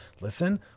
listen